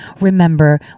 Remember